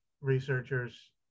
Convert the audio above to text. researchers